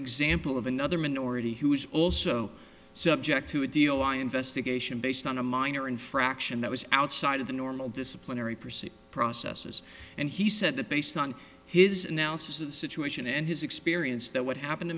example of another minority who was also subject to a deal i investigation based on a minor infraction that was outside of the normal disciplinary pursuit processes and he said that based on his analysis of the situation and his experience that what happened to